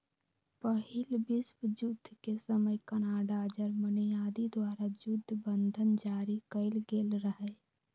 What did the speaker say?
पहिल विश्वजुद्ध के समय कनाडा, जर्मनी आदि द्वारा जुद्ध बन्धन जारि कएल गेल रहै